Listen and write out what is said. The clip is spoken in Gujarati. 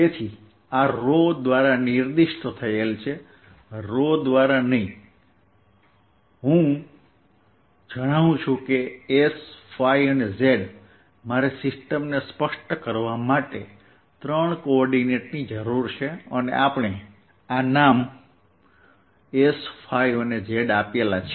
તેથી આ દ્વારા નિર્દિષ્ટ થયેલ છે દ્વારા નહીં હું જણાવું છું કે S અને Z દ્વારા નિર્દિષ્ટ થયેલ છે મારે સિસ્ટમને સ્પષ્ટ કરવા માટે ત્રણ કોઓર્ડિનેટ્સની જરૂર છે અને આપણે આ નામ S અને Z આપ્યા છે